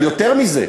אבל יותר מזה,